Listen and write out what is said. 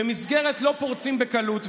ומסגרת לא פורצים בקלות,